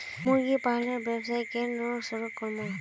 मुर्गी पालनेर व्यवसाय केन न शुरु करमु